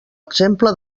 exemple